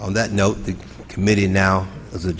on that note the committee now th